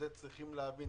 את זה צריך להבין,